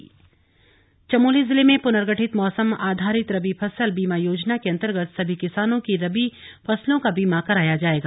रबी फसल बीमा चमोली जिले में पुनर्गठित मौसम आधारित रबी फसल बीमा योजना के अन्तर्गत सभी किसानों की रबी फसलों का बीमा कराया जाएगा